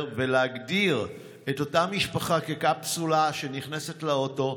ולהגדיר את אותה משפחה כקפסולה שנכנסת לאוטו,